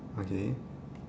okay